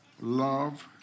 love